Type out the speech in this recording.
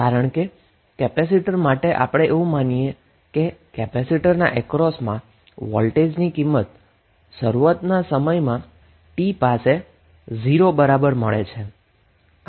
કારણ કે કેપેસિટર માટે પણ આપણે એવું ધારીએ છીએ કે કેપેસિટરના અક્રોસમાં વોલ્ટેજની વેલ્યુ ઇનીશિયલ સમય t બરાબર 0 પર છે